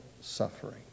suffering